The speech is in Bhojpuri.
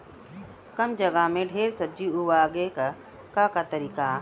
कम जगह में ढेर सब्जी उगावे क का तरीका ह?